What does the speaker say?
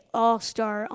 all-star